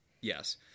Yes